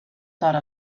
thought